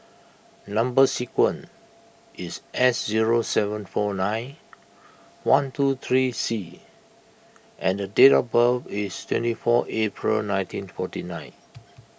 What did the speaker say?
Number Sequence is S zero seven four nine one two three C and date of birth is twenty four April nineteen forty nine